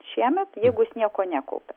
šiemet jeigu jis nieko nekaupia